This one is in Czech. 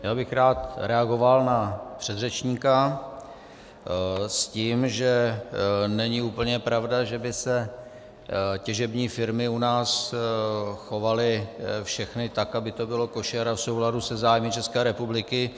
Já bych rád reagoval na předřečníka s tím, že není úplně pravda, že by se těžební firmy u nás chovaly všechny tak, aby to bylo košer a v souladu se zájmy České republiky.